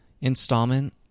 installment